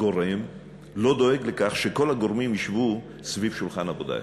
גורם לא דואג לכך שכל הגורמים ישבו סביב שולחן עבודה אחד.